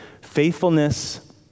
faithfulness